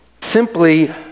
simply